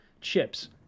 chips